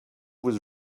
was